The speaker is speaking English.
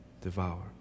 devour